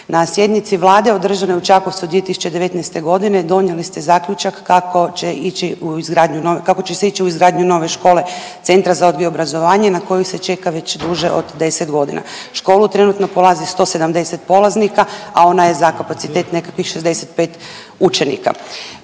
Na sjednici Vlade održane u Čakovcu 2019. g. donijeli ste zaključak kako će ići u izgradnju .../nerazumljivo/... kako će se ići u izgradnju nove škole, Centra za odgoj i obrazovanje na koju se čeka već duže od 10 godina. Školu trenutno polazi 170 polaznika, a ona je za kapacitet nekakvih 65 učenika.